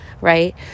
right